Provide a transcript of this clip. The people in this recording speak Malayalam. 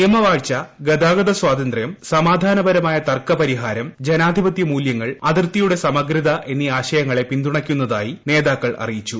നിയമവാഴ്ച ഗതാഗത സ്വാതന്ത്ര്യം സമാധാനപരമായ തർക്കപരിഹാരം ജനാധിപത്യ മൂല്യങ്ങൾ അതിർത്തിയുടെ സമഗ്രത എന്നീ ആശയങ്ങളെ പിന്തുണയ്ക്കുന്നതായി നേതാക്കൾ അറിയിച്ചു